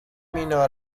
مینا